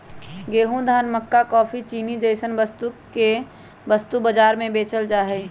गेंहूं, धान, मक्का काफी, चीनी जैसन वस्तु के वस्तु बाजार में बेचल जा हई